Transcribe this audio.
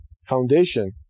foundation